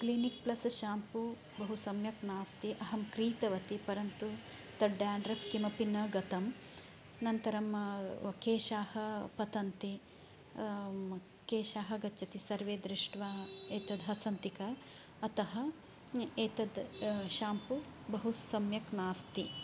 clinic Plus shampoo बहु समयक् नास्ति अहं क्रीतवती परन्तु तत् डेण्ड्रफ़् किमपि न गतम् अनन्तरं केशाः पतन्ति केशः गच्छति सर्वे दृष्ट्वा एतत् हसन्ति अतः एतत् शाम्पू बहु सम्यक् नास्ति